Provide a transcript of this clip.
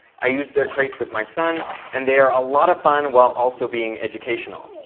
i use their crates with my son and they are a lot of fun while also being educational.